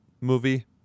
movie